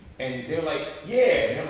and they're like, yeah.